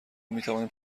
میتوانیم